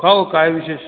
का हो काय विशेष